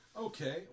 Okay